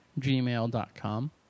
gmail.com